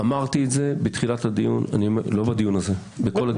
אמרתי את זה לא בדיון הזה, בכל הדיונים כולם.